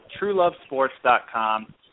truelovesports.com